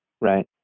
right